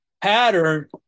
pattern